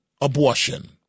abortion